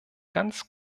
ganz